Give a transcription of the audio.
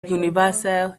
universal